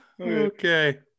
Okay